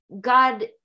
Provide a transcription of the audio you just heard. God